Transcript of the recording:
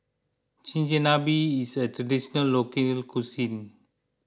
Chigenabe is a Traditional Local Cuisine